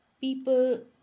people